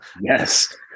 Yes